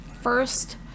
first